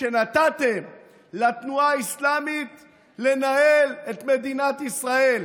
כשנתתם לתנועה האסלאמית לנהל את מדינת ישראל?